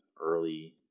early